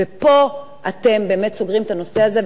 ופה אתם באמת סוגרים את זה עם הנושא הזה,